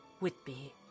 Whitby